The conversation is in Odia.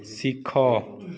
ଶିଖ